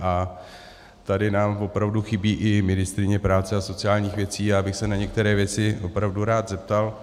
A tady nám opravdu chybí i ministryně práce a sociálních věcí, já bych se na některé věci opravdu rád zeptal.